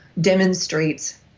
demonstrates